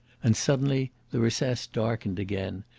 and suddenly the recess darkened again,